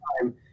time